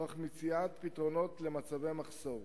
תוך מציאת פתרונות למצבי מחסור.